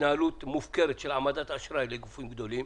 התנהלות מופקרת של העמדת אשראי לגופים גדולים.